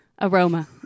Aroma